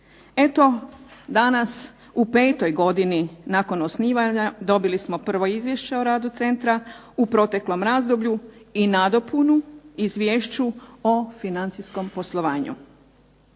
Eto danas u petoj godini nakon osnivanja dobili smo prvo izvješće o radu centra u proteklom razdoblju i nadopunu izvješću o financijskom poslovanju.